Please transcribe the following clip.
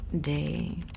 day